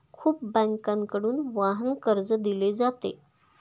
खूप बँकांकडून वाहन कर्ज दिले जाते